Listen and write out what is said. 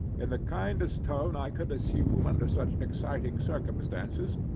in the kindest tone i could assume under such exciting circumstances,